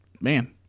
man